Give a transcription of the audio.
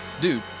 Dude